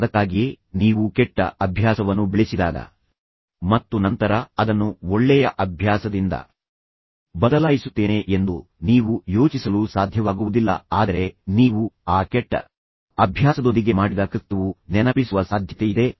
ಅದಕ್ಕಾಗಿಯೇ ನೀವು ಕೆಟ್ಟ ಅಭ್ಯಾಸವನ್ನು ಬೆಳೆಸಿದಾಗ ಮತ್ತು ನಂತರ ಅದನ್ನು ಒಳ್ಳೆಯ ಅಭ್ಯಾಸದಿಂದ ಬದಲಾಯಿಸುತ್ತೇನೆ ಎಂದು ನೀವು ಯೋಚಿಸಲು ಸಾಧ್ಯವಾಗುವುದಿಲ್ಲ ಆದರೆ ನೀವು ಆ ಕೆಟ್ಟ ಅಭ್ಯಾಸದೊಂದಿಗೆ ಮಾಡಿದ ಕೃತ್ಯವು ನೆನಪಿಸುವ ಸಾಧ್ಯತೆಯಿದೆ